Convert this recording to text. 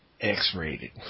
X-rated